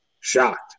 shocked